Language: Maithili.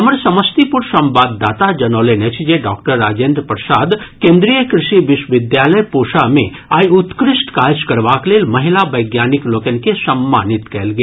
हमर समस्तीपुर संवाददाता जनौलनि अछि जे डॉक्टर राजेन्द्र प्रसाद केन्द्रीय कृषि विश्वविद्यालय पूसा मे आइ उत्कृष्ट काज करबाक लेल महिला वैज्ञानिक लोकनि के सम्मानित कयल गेल